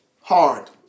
hard